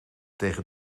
tegen